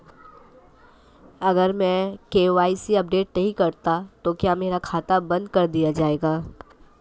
अगर मैं KYC update नहीं करता तो क्या मेरा खाता बंद कर दिया जाएगा?